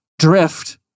drift